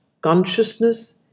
consciousness